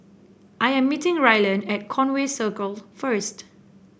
I am meeting Rylan at Conway Circle first